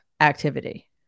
Activity